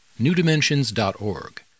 newdimensions.org